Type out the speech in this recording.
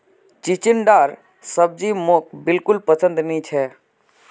चिचिण्डार सब्जी मोक बिल्कुल पसंद नी छ